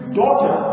daughter